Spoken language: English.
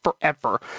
forever